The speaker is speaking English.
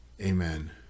amen